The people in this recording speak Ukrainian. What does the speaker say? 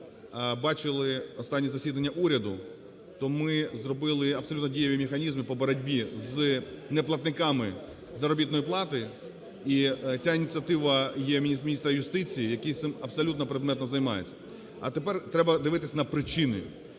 бачили останні засідання уряду, то ми зробили абсолютно дієві механізми по боротьбі з неплатниками заробітної плати. І ця ініціатива є міністра юстиції, який цим абсолютно предметно займається. А тепер треба дивитись на причини.